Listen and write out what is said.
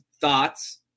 thoughts